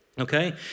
Okay